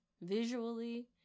visually